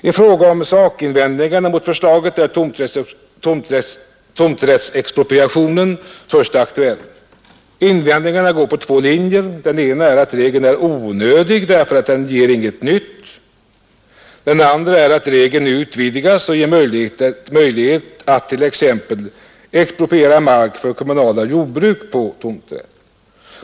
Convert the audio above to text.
I fråga om sakinvändningarna mot förslaget är tomträttsexpropriationen först aktuell. Invändningarna går på två linjer. Den ena är att regeln är onödig därför att den ger inget nytt. Den andra är att regeln nu utvidgats och ger möjlighet att t.ex. expropriera mark för kommunala jordbruk på tomträtt.